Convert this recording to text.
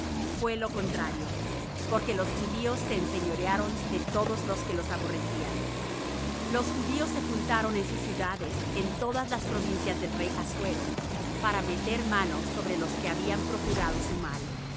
fué lo contrario porque los judíos se enseñorearon de los que los aborrecían los judíos se juntaron en sus ciudades en todas las provincias del rey assuero para meter mano sobre los que habían procurado su mal